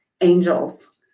angels